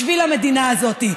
בשביל המדינה הזאת.